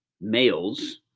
males